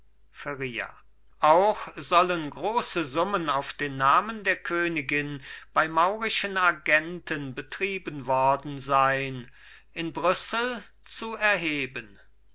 feria auch sollen große summen auf den namen der königin bei maurischen agenten betrieben worden sein in brüssel zu erheben